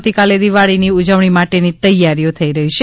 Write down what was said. આવતીકાલે દિવાળીની ઉજવણી માટેની તૈયારીઓ થઈ રહી છે